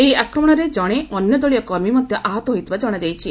ଏହି ଆକ୍ରମଣରେ ଜଣେ ଅନ୍ୟ ଦଳୀୟ କର୍ମୀ ମଧ୍ୟ ଆହତ ହୋଇଥିବା ଜଣାଯାଇଛି